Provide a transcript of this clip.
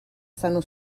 stanno